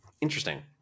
Interesting